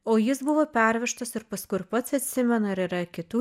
o jis buvo pervežtas ir paskui ir pats atsimena ir yra kitų